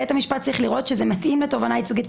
בית המשפט צריך לראות שזה מתאים לתובענה ייצוגית.